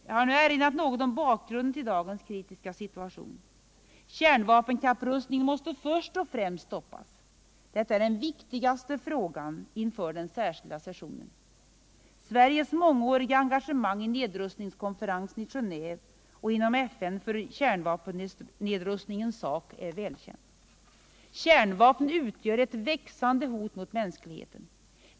Jag har nu erinrat något om bakgrunden till dagens kritiska situation. Kärnvapenkapprustningen måste först och främst stoppas. Detta är den viktigaste frågan inför den särskilda sessionen. Sveriges mångåriga engagemang i nedrustningskonferensen i Genéve och inom FN för kärnvapennedrustningens sak är välkänt. Kärnvapnen utgör ett växande hot mot mänskligheten.